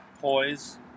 poise